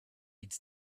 it’s